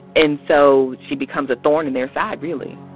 and so she becomes a thorn in their side, really.